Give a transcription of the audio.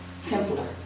simpler